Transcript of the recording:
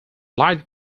light